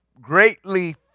greatly